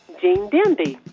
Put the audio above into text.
gene demby.